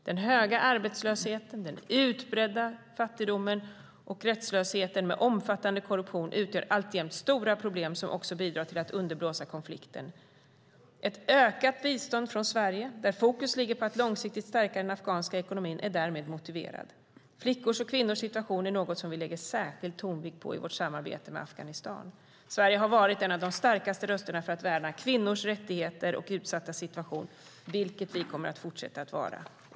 Den höga arbetslösheten, den utbredda fattigdomen och rättslösheten med omfattande korruption utgör alltjämt stora problem som också bidrar till att underblåsa konflikten. Ett ökat bistånd från Sverige, där fokus ligger på att långsiktigt stärka den afghanska ekonomin, är därmed motiverat. Flickors och kvinnors situation är något som vi särskilt lägger tonvikt på i vårt samarbete med Afghanistan. Sverige har varit en av de starkaste rösterna för att värna kvinnors rättigheter och deras utsatta situation, och det kommer vi att fortsätta att vara.